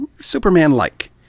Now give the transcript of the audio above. Superman-like